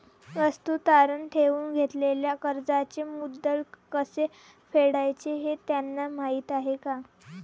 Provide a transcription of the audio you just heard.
वस्तू तारण ठेवून घेतलेल्या कर्जाचे मुद्दल कसे फेडायचे हे त्यांना माहीत आहे का?